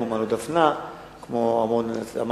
כמו מעלות-דפנה,